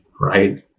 right